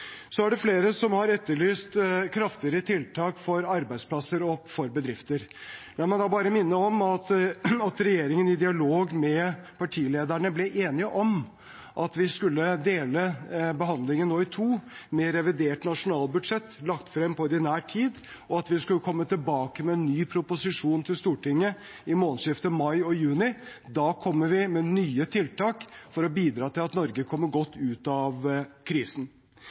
Så er det flere som har etterlyst kraftigere tiltak for arbeidsplasser og for bedrifter. La meg da bare minne om at regjeringen i dialog med partilederne ble enige om at vi skulle dele behandlingen nå i to, med revidert nasjonalbudsjett lagt frem til ordinær tid, og at vi skulle komme tilbake med ny proposisjon til Stortinget i månedsskiftet mai–juni. Da kommer vi med nye tiltak for å bidra til at Norge kommer godt ut av krisen.